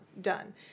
done